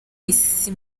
isi